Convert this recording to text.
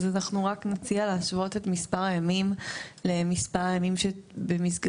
אז אנחנו רק נציע להשוות את מספר הימים למספר הימים שבמסגרתם